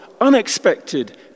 unexpected